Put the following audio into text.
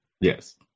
yes